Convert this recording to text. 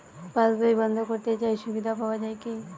পাশ বই বন্দ করতে চাই সুবিধা পাওয়া যায় কি?